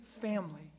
family